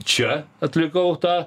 čia atlikau tą